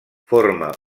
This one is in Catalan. forma